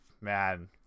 man